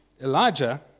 Elijah